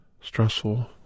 stressful